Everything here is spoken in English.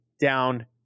down